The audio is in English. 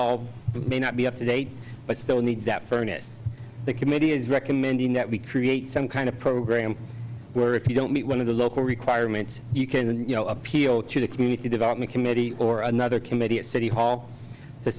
all may not be up to date but still needs that furnace the committee is recommending that we create some kind of program where if you don't meet one of the local requirements you can then you know appeal to the community development committee or another committee at city hall to